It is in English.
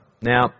Now